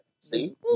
See